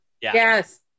Yes